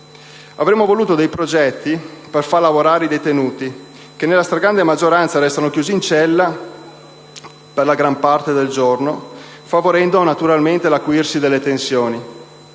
avremmo voluto dei progetti per far lavorare i detenuti, che nella stragrande maggioranza restano chiusi in cella per la gran parte del giorno, ciò che favorisce naturalmente l'acuirsi delle tensioni;